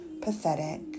pathetic